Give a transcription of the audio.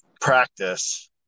practice